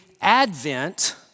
Advent